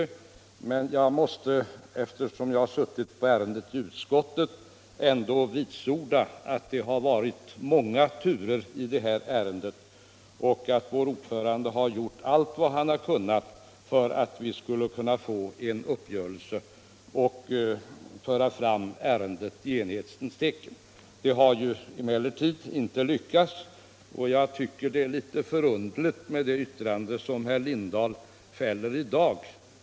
Eftersom jag har varit med vid ärendets behandling i utskottet måste jag ändå vitsorda att det har varit många turer och att vår ordförande har gjort allt han har kunnat för att vi skulle kunna föra fram ärendet i enighetens tecken. Det har emellertid inte lyckats, och jag tycker att det yttrande som herr Lindahl i dag har fällt är litet underligt.